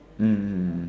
mm mm mm